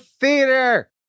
Theater